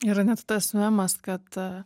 yra ne tas memas kad